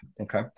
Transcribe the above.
okay